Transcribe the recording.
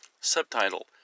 Subtitle